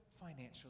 financially